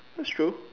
that's true